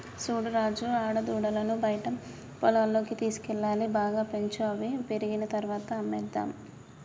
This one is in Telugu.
చూడు రాజు ఆడదూడలను బయట పొలాల్లోకి తీసుకువెళ్లాలి బాగా పెంచు అవి పెరిగిన తర్వాత అమ్మేసేద్దాము